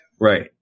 Right